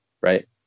right